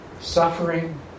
suffering